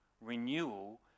renewal